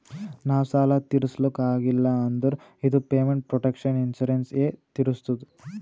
ನಾವ್ ಸಾಲ ತಿರುಸ್ಲಕ್ ಆಗಿಲ್ಲ ಅಂದುರ್ ಇದು ಪೇಮೆಂಟ್ ಪ್ರೊಟೆಕ್ಷನ್ ಇನ್ಸೂರೆನ್ಸ್ ಎ ತಿರುಸ್ತುದ್